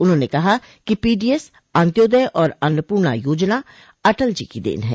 उन्होंने कहा कि पीडीएस अन्त्योदय और अन्नपूर्णा योजना अटल जी की देन है